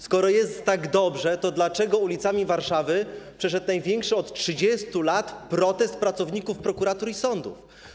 Skoro jest tak dobrze, to dlaczego ulicami Warszawy przeszedł największy od 30 lat protest pracowników prokuratur i sądów?